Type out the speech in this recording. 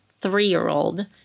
three-year-old